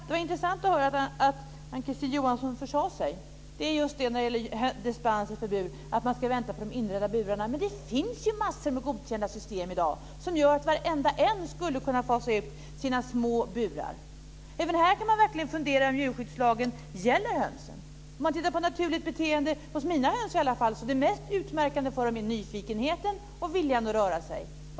Det var intressant att höra att Ann-Kristine Johansson försade sig när det gäller dispens och förbud. Man ska vänta på de inredda burarna, men det finns ju massor av godkända system i dag som gör att varenda en skulle kunna fasa ut sina små burar. Även här kan man verkligen fundera om djurskyddslagen gäller hönsen. När man tittar på naturligt beteende hos mina höns är det mest utmärkande för dem nyfikenheten och viljan att röra sig.